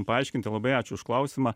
paaiškinti labai ačiū už klausimą